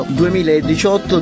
2018